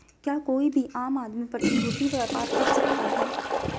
क्या कोई भी आम आदमी प्रतिभूती व्यापार कर सकता है?